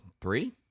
Three